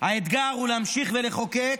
האתגר הוא להמשיך ולחוקק,